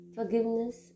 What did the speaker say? Forgiveness